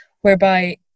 whereby